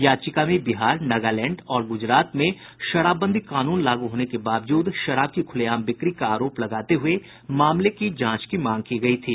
याचिका में बिहार नगालैंड और गुजरात में शराबबंदी कानून लागू होने के बावजूद शराब की खुलेआम बिक्री का आरोप लगाते हुये मामले की जांच की मांग की गयी थी